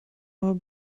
aber